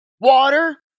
water